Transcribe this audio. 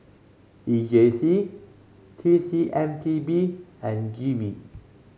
E J C T C M P B and G V